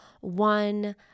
one